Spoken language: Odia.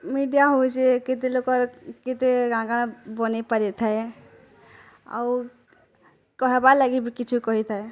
ମିଡ଼ିଆ ହଉଛେ କେତେ ଲୋକର କେତେ କାଣା କାଣା ବନେଇ ପାରିଥାଏ ଆଉ କହେବା ଲାଗି ବି କିଛି କହିଥାଏ